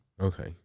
Okay